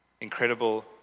incredible